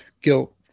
guilt